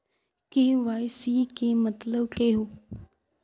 KYC के मतलब केहू?